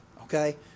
Okay